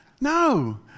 No